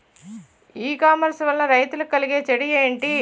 ఈ కామర్స్ వలన రైతులకి కలిగే చెడు ఎంటి?